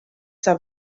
saab